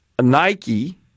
Nike